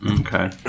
Okay